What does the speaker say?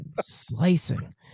slicing